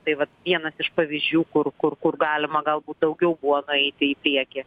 tai vat vienas iš pavyzdžių kur kur kur galima galbūt daugiau buvo nueiti į priekį